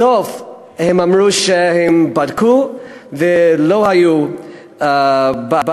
בסוף הם אמרו שהם בדקו ולא היו בעיות,